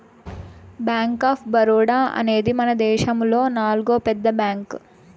bank of Baroda అనేది మనదేశములో నాల్గో పెద్ద బ్యాంక్